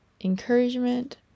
encouragement